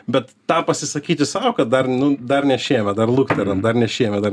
bet tą pasisakyti sau kad dar nu dar ne šiemet dar lukteram dar nes šiemet dar